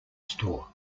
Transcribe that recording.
store